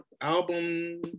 album